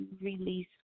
release